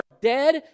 dead